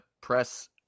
press